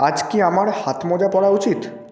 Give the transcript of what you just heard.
আজ কি আমার হাতমোজা পরা উচিত